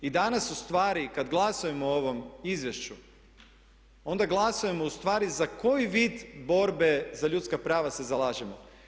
I danas ustvari kad glasujemo o ovom izvješću onda glasujemo ustvari za koji vid borbe za ljudska prava se zalažemo?